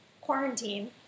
quarantine